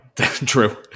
true